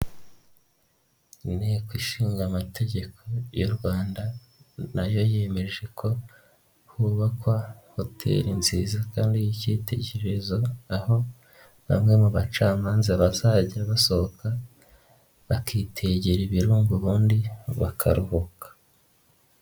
inteko ishinga amategeko y'u Rwanda na yo yemeje ko hubakwa hoteli nziza kandi y'ikitegererezo aho bamwe mu bacamanza bazajya basohoka bakitegera ibirunga ubundi bakaruhuka.